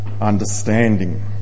understanding